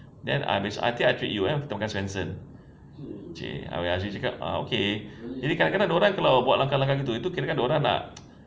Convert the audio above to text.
then nanti I treat you eh makan swensen !chey! abeh azri cakap ah okay boleh kirakan kalau dia orang buat langkah-langkah gitu kirakan dia orang nak